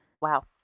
Wow